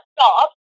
stop